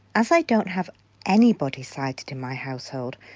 as i don't have anybody sighted in my household,